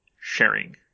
sharing